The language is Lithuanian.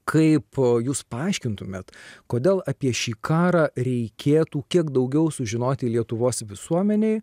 kaip jūs paaiškintumėt kodėl apie šį karą reikėtų kiek daugiau sužinoti lietuvos visuomenei